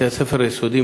בתי-הספר היסודיים,